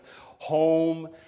home